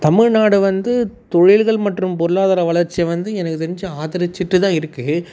தமிழ்நாடு வந்து தொழில்கள் மற்றும் பொருளாதார வளர்ச்சியை வந்து எனக்கு தெரிஞ்சு ஆதரிச்சிட்டு தான் இருக்குது